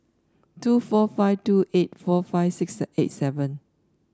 two four five two eight four five six eight seven